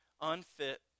unfit